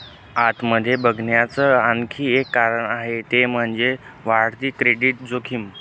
आत मध्ये बघण्याच आणखी एक कारण आहे ते म्हणजे, वाढती क्रेडिट जोखीम